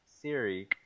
Siri